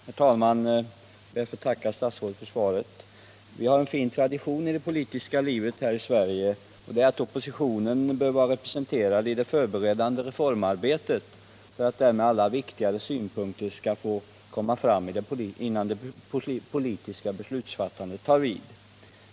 Herr talman! Jag ber att få tacka statsrådet för svaret. Vi har en fin tradition i det politiska livet här i Sverige att oppositionen bör vara representerad i det förberedande reformarbetet för att därmed alla viktigare synpunkter skall få komma fram, innan det politiska beslutsfattandet tar vid.